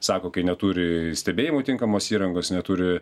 sako kai neturi stebėjimui tinkamos įrangos neturi